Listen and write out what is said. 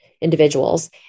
individuals